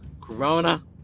Corona